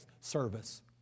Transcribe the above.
service